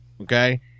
Okay